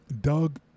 Doug